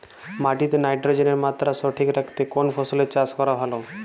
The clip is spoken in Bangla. মাটিতে নাইট্রোজেনের মাত্রা সঠিক রাখতে কোন ফসলের চাষ করা ভালো?